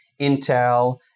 Intel